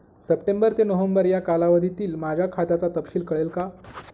September ते November या कालावधीतील माझ्या खात्याचा तपशील कळेल का?